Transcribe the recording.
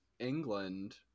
england